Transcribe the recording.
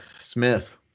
Smith